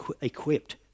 equipped